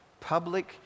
public